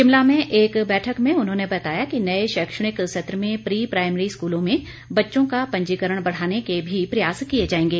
शिमला में एक बैठक में उन्होंने बताया कि नए शैक्षणिक सत्र में प्री प्राईमरी स्कूलों में बच्चों का पंजीकरण बढ़ाने के भी प्रयास किए जाएंगे